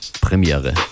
Premiere